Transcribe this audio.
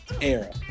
era